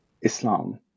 Islam